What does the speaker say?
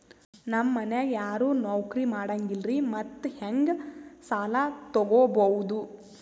ನಮ್ ಮನ್ಯಾಗ ಯಾರೂ ನೌಕ್ರಿ ಮಾಡಂಗಿಲ್ಲ್ರಿ ಮತ್ತೆಹೆಂಗ ಸಾಲಾ ತೊಗೊಬೌದು?